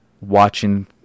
watching